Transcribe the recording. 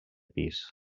pis